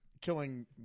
Killing